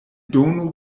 donu